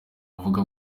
bavuga